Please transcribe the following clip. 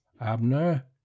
Abner